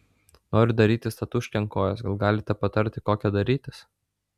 noriu darytis tatūškę ant kojos gal galite patarti kokią darytis